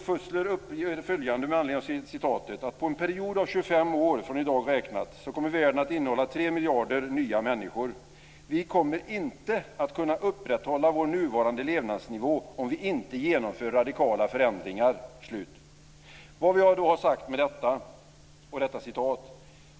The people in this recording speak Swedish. Fussler uppger följande med anledning av citatet: Under en period av 25 år från i dag räknat kommer världen att innehålla 3 miljarder nya människor. Vi kommer inte att kunna upprätthålla vår nuvarande levnadsnivå om vi inte genomför radikala förändringar. Vad vill jag ha sagt med att återge detta?